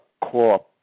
core